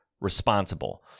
responsible